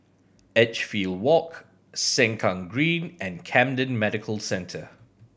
Edgefield Walk Sengkang Green and Camden Medical Centre